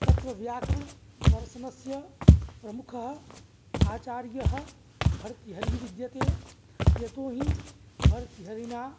तत्र व्याकरणदर्शनस्य प्रमुखः आचार्यः भर्तृहरिः विद्यते यतोहि भर्तृहरिणा